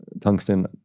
tungsten